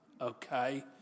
Okay